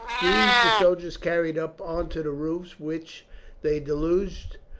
these the soldiers carried up on to the roofs, which they deluged,